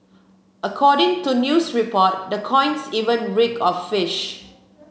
according to news reports the coins even reeked of fish